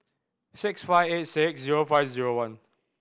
six five eight six zero five zero one